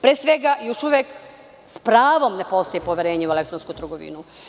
Pre svega još uvek sa pravom ne postoji poverenje u elektronsku trgovinu.